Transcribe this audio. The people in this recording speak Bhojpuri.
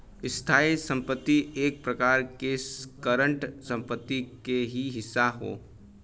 स्थायी संपत्ति एक प्रकार से करंट संपत्ति क ही हिस्सा हौ